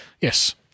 Yes